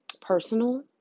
personal